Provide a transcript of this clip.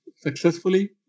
successfully